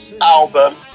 album